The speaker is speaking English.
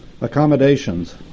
accommodations